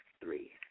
three